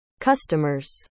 customers